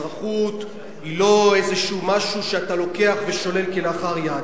אזרחות היא לא איזשהו משהו שאתה לוקח ושולל כלאחר יד,